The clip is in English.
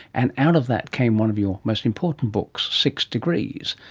and out of that came one of your most important books, six degrees.